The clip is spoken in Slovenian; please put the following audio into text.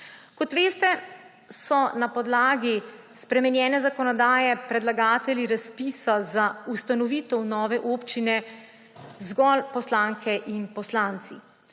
Kot veste, so na podlagi spremenjene zakonodaje predlagatelji razpisa za ustanovitev nove občine zgolj poslanke in poslanci.